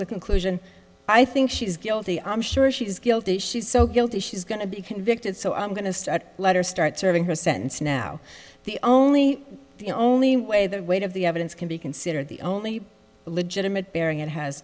the conclusion i think she's guilty i'm sure she's guilty she's so guilty she's going to be convicted so i'm going to start letter start serving her sentence now the only the only way the weight of the evidence can be considered the only legitimate bearing it has